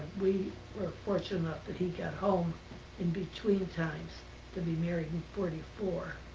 we were ah fortunate enough that he got home in between times to be married in forty four,